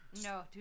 No